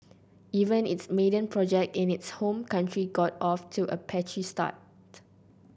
even its maiden project in its home country got off to a patchy start